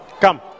come